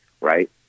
Right